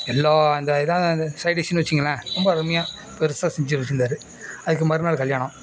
எல்லா இந்த இதுதான் இந்த சைடிஷ்னு வெச்சுங்களேன் ரொம்ப அருமையாக பெருசாக செஞ்சு வெச்சுருந்தாரு அதுக்கு மறு நாள் கல்யாணம்